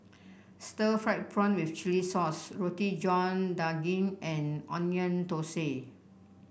Stir Fried Prawn with Chili Sauce Roti John Daging and Onion Thosai